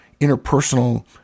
interpersonal